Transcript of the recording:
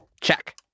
Check